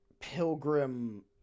Pilgrim